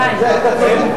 אז הפגנה.